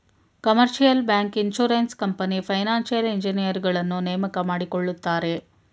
commercial bank, insurance company, financial ಇಂಜಿನಿಯರುಗಳನ್ನು ನೇಮಕ ಮಾಡಿಕೊಳ್ಳುತ್ತಾರೆ